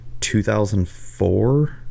2004